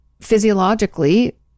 physiologically